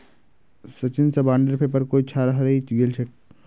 सचिन स बॉन्डेर पेपर कोई छा हरई गेल छेक